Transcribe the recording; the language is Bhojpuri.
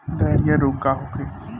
डायरिया रोग का होखे?